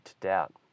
doubt